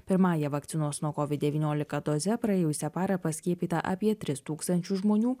pirmąja vakcinos nuokovid devyniolika doze praėjusią parą paskiepyta apie tris tūkstančius žmonių